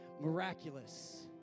Miraculous